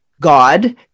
God